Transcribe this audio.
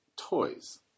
toys